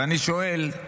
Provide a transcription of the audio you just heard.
ואני שואל: